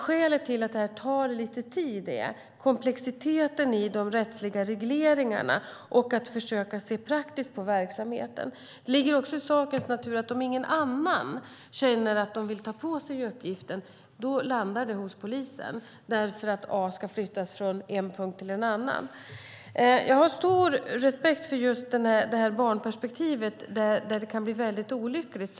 Skälet till att detta tar lite tid är komplexiteten i de rättsliga regleringarna och att man måste försöka se praktiskt på verksamheten. Det ligger också i sakens natur att om ingen annan känner att de vill ta på sig uppgiften landar det hos polisen därför att A ska flyttas från en punkt till en annan. Jag har stor respekt för barnperspektivet, där det kan bli väldigt olyckligt.